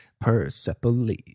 Persepolis